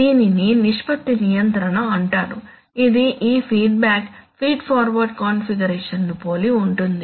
దీనిని నిష్పత్తి నియంత్రణ అంటారు ఇది ఈ ఫీడ్బ్యాక్ ఫీడ్ ఫార్వర్డ్ కాన్ఫిగరేషన్ ను పోలి ఉంటుంది